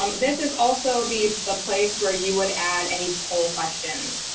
um this is also the the place where you would add any poll questions.